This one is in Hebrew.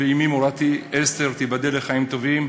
ואמי מורתי אסתר, תיבדל לחיים טובים,